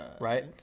Right